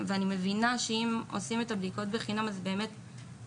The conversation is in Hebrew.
אני מבינה, שאם מבצעים את הבדיקות בחינם, זה משפיע